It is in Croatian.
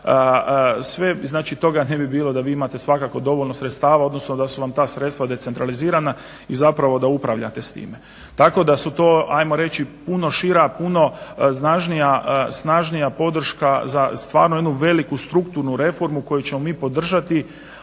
znači sve toga ne bi bilo da vi imate svakako dovoljno sredstava odnosno da su vam ta sredstva decentralizirana i da upravljate s time. Tako da su to ajmo reći puno šira puno snažnija podrška za stvarno jednu veliku strukturnu reformu koju ćemo mi podržati.